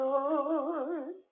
Lord